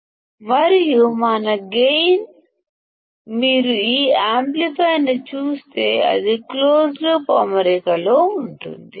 మరియు మన గైన్ మీరు ఈ యాంప్లిఫైయర్ను చూస్తే అది క్లోజ్డ్ లూప్ అమరిక లో ఉంటుంది